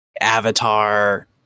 avatar